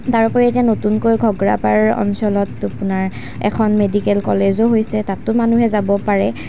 তাৰোপৰি এতিয়া নতুনকৈ ঘগ্ৰাপাৰ অঞ্চলত আপোনাৰ এখন মেডিকেল কলেজো হৈছে তাতো মানুহে যাব পাৰে